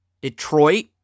Detroit